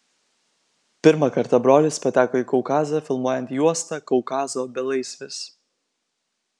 pirmą kartą brolis pateko į kaukazą filmuojant juostą kaukazo belaisvis